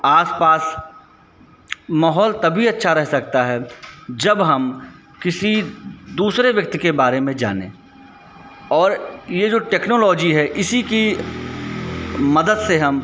आस पास माहौल तभी अच्छा रह सकता है जब हम किसी दूसरे व्यक्ति के बारे में जानें और यह जो टेक्नोलोजी है इसी की मदद से हम